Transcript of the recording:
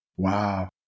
Wow